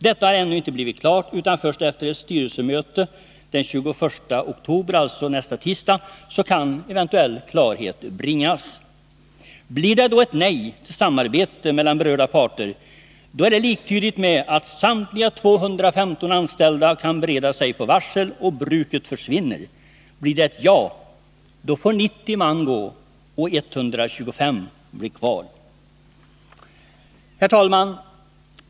Så är ännu inte fallet, utan först efter ett styrelsemöte den 21 oktober, alltså nästa tisdag, kan eventuell klarhet bringas. Blir det då ett nej till samarbete mellan berörda parter, är det liktydigt med att samtliga 215 anställda kan bereda sig på varsel och att bruket försvinner. Blir det ett ja, då får 90 man gå och 125 blir kvar. Herr talman!